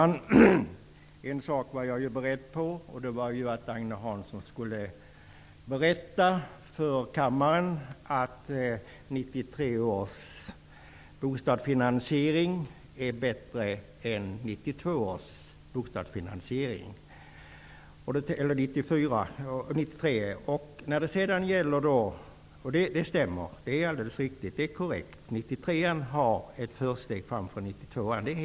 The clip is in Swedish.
Herr talman! Jag var beredd på att Agne Hansson skulle berätta för kammaren att 1993 års bostadsfinansiering är bättre än 1992 års. Det är alldeles riktigt -- 1993 års bostadsfinansiering har ett försteg framför 1992 års.